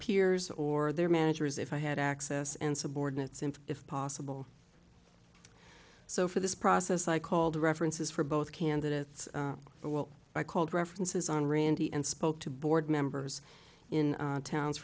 peers or their managers if i had access and subordinates and if possible so for this process i called references for both candidates for well i called references on randy and spoke to board members in towns